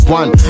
one